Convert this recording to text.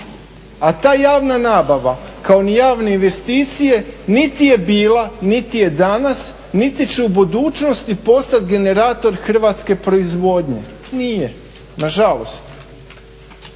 A ta javna nabava kao ni javne investicije niti je bila, niti je danas, niti će u budućnosti postati generator hrvatske proizvodnje. Nije, nažalost.